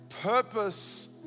purpose